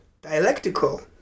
dialectical